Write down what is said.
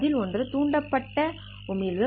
அதில் ஒன்று தூண்டப்பட்ட உமிழ்வு